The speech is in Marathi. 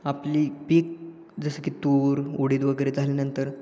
आपली पीक जसं की तूर उडिद वगैरे झाल्यानंतर